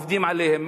עובדים עליהם,